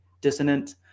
dissonant